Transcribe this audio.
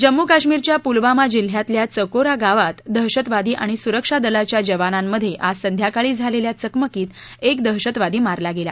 जम्मू काश्मीरच्या पुलवामा जिल्ह्यातल्या चकोरा गावात दहशतवादी आणि सुरक्षा दलाच्या जवानांमध्ये आज संध्याकाळी झालेल्या चकमकीत एक दहशतवादी मारला गेला